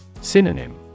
Synonym